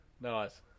Nice